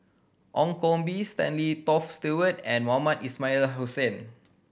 Ong Koh Bee Stanley Toft Stewart and Mohamed Ismail Hussain